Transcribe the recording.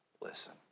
listen